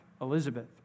Elizabeth